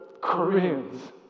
Koreans